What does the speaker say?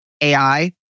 AI